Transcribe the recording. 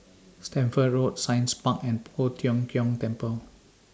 Stamford Road Science Park and Poh Tiong Kiong Temple